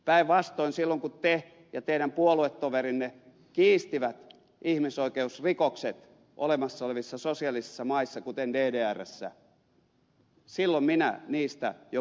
päinvastoin silloin kun te ja teidän puoluetoverinne kiistitte ihmisoikeusrikokset olemassa olevissa sosialistisissa maissa kuten ddrssä silloin minä niistä jo puhuin